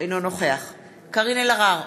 אינו נוכח קארין אלהרר,